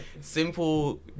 simple